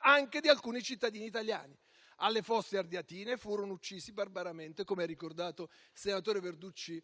anche di alcuni cittadini italiani. Alle Fosse ardeatine furono uccisi barbaramente - come ha ricordato il senatore Verducci